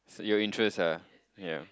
suit your interest ah ya